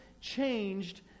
changed